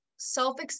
self